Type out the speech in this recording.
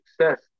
success